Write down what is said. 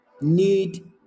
need